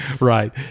Right